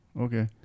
okay